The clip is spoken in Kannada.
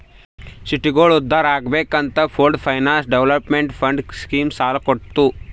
ಸಿಟಿಗೋಳ ಉದ್ಧಾರ್ ಆಗ್ಬೇಕ್ ಅಂತ pooled finance development fund scheme ಸಾಲ ಕೊಡ್ತುದ್